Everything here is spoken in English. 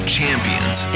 champions